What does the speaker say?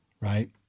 right